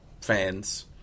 fans